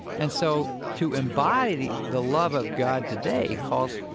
and so, to embody the love of god today calls,